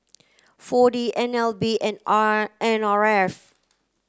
four D N L B and R N R F